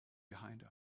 behind